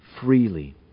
freely